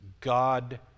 God